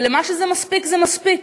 ולמה שזה מספיק זה מספיק,